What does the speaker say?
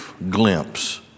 Glimpse